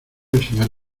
enseñar